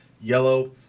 yellow